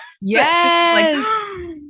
Yes